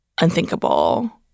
unthinkable